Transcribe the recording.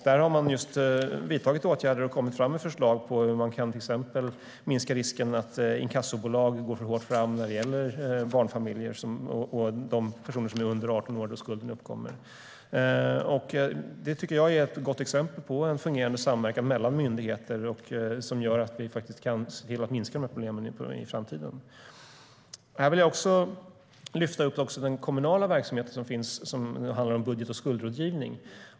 Där har man just vidtagit åtgärder och kommit med förslag på hur man till exempel kan minska risken att inkassobolag går för hårt fram när det gäller barnfamiljer och personer som är under 18 år när skulden uppkommer. Det tycker jag är ett gott exempel på en fungerande samverkan mellan myndigheter som gör att vi faktiskt kan se till att minska dessa problem i framtiden. Jag vill även lyfta fram den kommunala verksamhet som finns och som handlar om budget och skuldrådgivning.